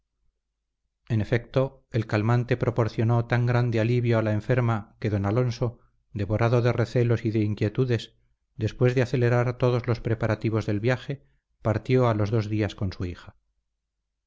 en efecto el calmante proporcionó tan grande alivio a la enferma que don alonso devorado de recelos y de inquietudes después de acelerar todos los preparativos de viaje partió a los dos días con su hija